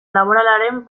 laboralaren